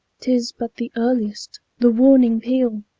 t is but the earliest, the warning peal!